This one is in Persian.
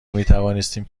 میتوانستیم